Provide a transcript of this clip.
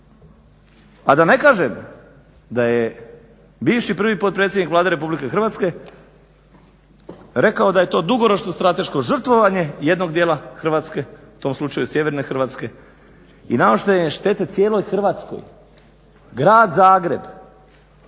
A da ne kažem da je bivši prvi potpredsjednik Vlade RH rekao da je to dugoročno strateško žrtvovanje jednog dijela Hrvatske u tom slučaju sjeverne Hrvatske i nanošenje štete cijeloj Hrvatskoj. Grad Zagreb,